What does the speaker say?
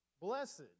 Blessed